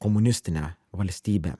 komunistinė valstybė